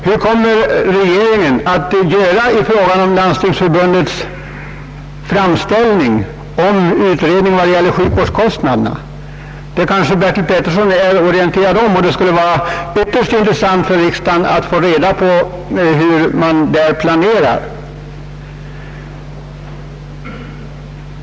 Hur kommer regeringen att göra med Landstingsförbundets framställan om utredning beträffande sjukvårdskostnaderna? Detta kanske herr Petersson är orienterad om. Det skulle vara ytterst intressant för riksdagen att få reda på hur man därvidlag planerar.